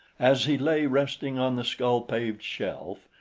as he lay resting on the skull-paved shelf,